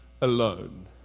alone